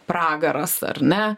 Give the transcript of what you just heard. pragaras ar ne